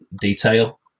detail